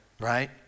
right